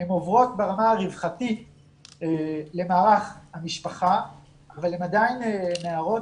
והן עוברות ברמה הרווחתית למערך המשפחה אבל הן עדיין נערות